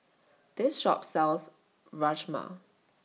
This Shop sells Rajma